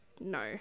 no